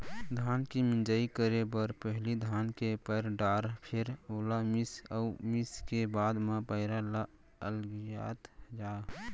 धान के मिंजई करे बर पहिली धान के पैर डार फेर ओला मीस अउ मिसे के बाद म पैरा ल अलगियात जा